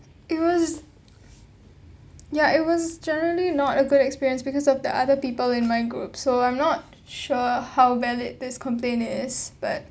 it was ya it was generally not a good experience because of the other people in my group so I'm not sure how valid this complaint is but